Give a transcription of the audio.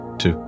two